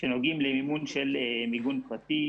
שנוגעים למימון של מיגון פרטי.